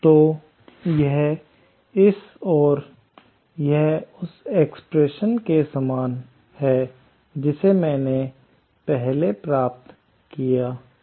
तो यह इस और यह उस एक्सप्रेशन के समान है जिसे मैंने पहले प्राप्त किया था